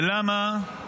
ולמה?